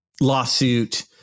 lawsuit